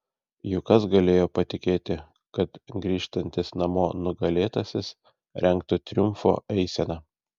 juk kas galėjo patikėti kad grįžtantis namo nugalėtasis rengtų triumfo eiseną